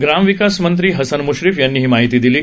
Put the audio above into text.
ग्रामविकास मंत्री हसन म्श्रीफ यांनी ही माहिती दिली आहे